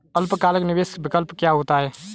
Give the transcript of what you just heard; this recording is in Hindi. अल्पकालिक निवेश विकल्प क्या होता है?